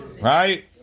Right